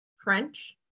French